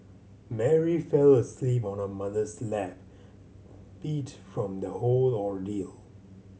Mary fell asleep on her mother's lap beat from the whole ordeal